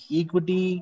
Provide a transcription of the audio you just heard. equity